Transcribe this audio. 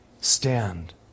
stand